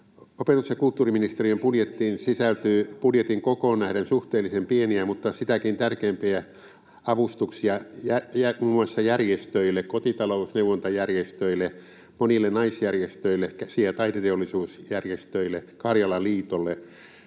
Opetus- ja kulttuuriministeriön budjettiin sisältyy budjetin kokoon nähden suhteellisen pieniä mutta sitäkin tärkeämpiä avustuksia muun muassa järjestöille: kotitalousneuvontajärjestöille, monille naisjärjestöille, käsi- ja taideteollisuusjärjestöille, Karjalan Liitolle.